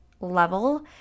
level